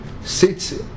sits